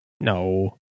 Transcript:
No